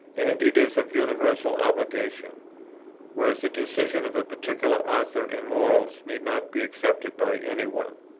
and it is of universal obligation whereas the decision of a particular author in morals need not be accepted by any one.